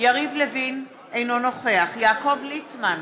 יריב לוין, אינו נוכח יעקב ליצמן,